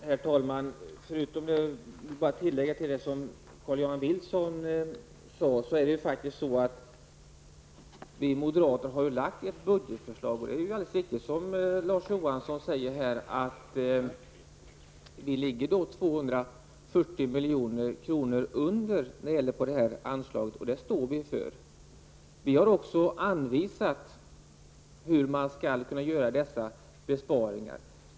Herr talman! Jag vill bara tillägga till det som Carl Johan Wilson sade att vi moderater har lagt fram ett budgetförslag. Det är alldeles riktigt, som Larz Johansson säger, att vi ligger 240 milj.kr. under på det här anslaget, och det står vi för. Vi har anvisat hur man skall kunna göra besparingar motsvarande detta belopp.